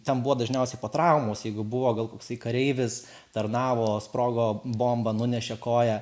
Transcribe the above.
ten buvo dažniausiai po traumos jeigu buvo gal koksai kareivis tarnavo sprogo bomba nunešė koją